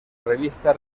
revista